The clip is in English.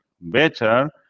better